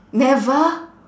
never